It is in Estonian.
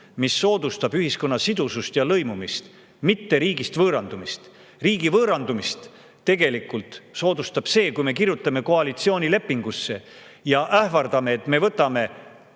mis soodustab ühiskonna sidusust ja lõimumist, mitte riigist võõrandumist. Riigist võõrandumist soodustab see, kui me kirjutame koalitsioonilepingusse ja ähvardame, et me võtame